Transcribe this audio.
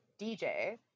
DJ